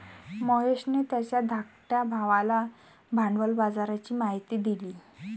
महेशने त्याच्या धाकट्या भावाला भांडवल बाजाराची माहिती दिली